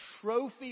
trophy